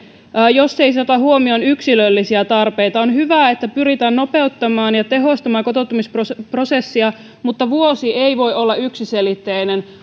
jos ei se ota huomioon yksilöllisiä tarpeita on hyvä että pyritään nopeuttamaan ja tehostamaan kotouttamisprosessia mutta vuosi ei voi olla yksiselitteinen